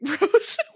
Rose